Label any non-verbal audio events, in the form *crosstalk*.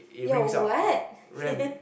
your what *laughs*